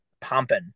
pumping